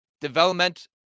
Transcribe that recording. development